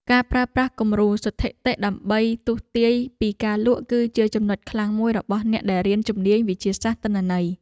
ការប្រើប្រាស់គំរូស្ថិតិដើម្បីទស្សន៍ទាយពីការលក់ គឺជាចំណុចខ្លាំងមួយរបស់អ្នកដែលរៀនជំនាញវិទ្យាសាស្ត្រទិន្នន័យ។